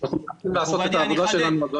אנחנו מנסים לעשות את העבודה שלנו,